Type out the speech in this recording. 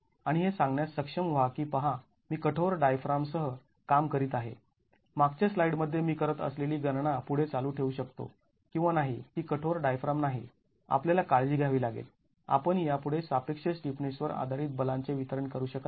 आणि हे सांगण्यास सक्षम व्हा की पहा मी कठोर डायफ्रामसह काम करीत आहे मागच्या स्लाइड मध्ये मी करत असलेली गणना पुढे चालू ठेवू शकतो किंवा नाही ती कठोर डायफ्राम नाही आपल्याला काळजी घ्यावी लागेल आपण यापुढे सापेक्ष स्टिफनेस वर आधारित बलांचे वितरण करू शकत नाही